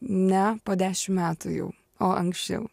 ne po dešim metų jau o anksčiau